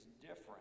different